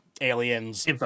aliens